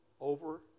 over